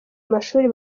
amashuri